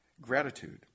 Gratitude